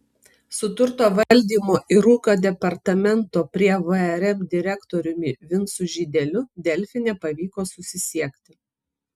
su turto valdymo ir ūkio departamento prie vrm direktoriumi vincu žydeliu delfi nepavyko susisiekti